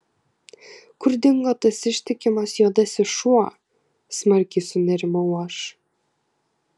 kur dingo tas ištikimas juodasis šuo smarkiai sunerimau aš